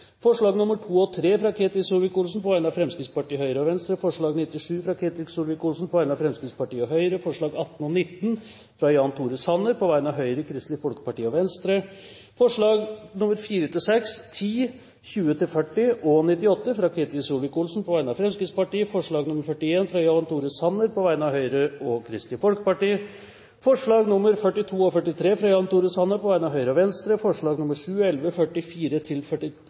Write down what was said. forslag. Det er: forslagene nr. 1 og 15–17, fra Ketil Solvik-Olsen på vegne av Fremskrittspartiet, Høyre, Kristelig Folkeparti og Venstre forslagene nr. 2 og 3, fra Ketil Solvik-Olsen på vegne av Fremskrittspartiet, Høyre og Venstre forslag nr. 97, fra Ketil Solvik-Olsen på vegne av Fremskrittspartiet og Høyre forslagene nr. 18 og 19, fra Jan Tore Sanner på vegne av Høyre, Kristelig Folkeparti og Venstre forslagene nr. 4–6, 10, 20–40 og 98, fra Ketil Solvik-Olsen på vegne av Fremskrittspartiet forslag nr. 41, fra Jan Tore Sanner på vegne av Høyre og Kristelig Folkeparti forslagene nr. 42 og 43, fra Jan Tore Sanner på vegne av Høyre og